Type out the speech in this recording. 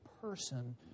person